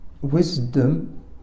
wisdom